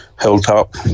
Hilltop